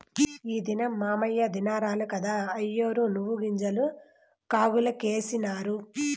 ఈ దినం మాయవ్వ దినారాలు కదా, అయ్యోరు నువ్వుగింజలు కాగులకేసినారు